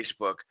Facebook